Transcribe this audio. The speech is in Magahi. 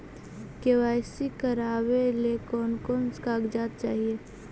के.वाई.सी करावे ले कोन कोन कागजात चाही?